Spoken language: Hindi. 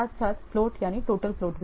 साथ साथ फ्लोट यानी टोटल फ्लोट भी